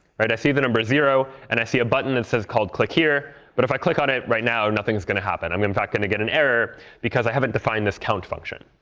right? i see the number zero, and i see a button that says called click here. but if i click on it right now, nothing's going to happen. i'm, in fact, going to get an error because i haven't defined this count function.